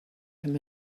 him